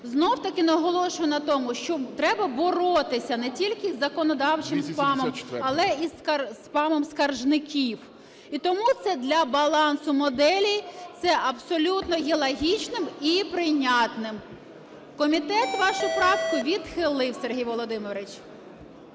Знову-таки наголошую на тому, що треба боротися не тільки із законодавчим спамом, але і з спамом скаржників. І тому це для балансу моделі це абсолютно є логічним і прийнятним. Комітет вашу правку відхилив, Сергій Володимирович.